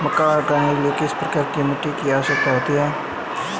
मक्का उगाने के लिए किस प्रकार की मिट्टी की आवश्यकता होती है?